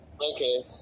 Okay